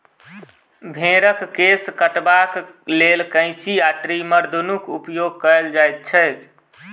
भेंड़क केश कटबाक लेल कैंची आ ट्रीमर दुनूक उपयोग कयल जाइत छै